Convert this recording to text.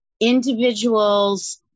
individuals